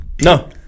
No